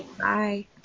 Bye